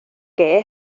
qué